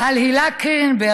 על הלה קליינברגר,